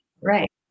Right